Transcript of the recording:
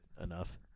enough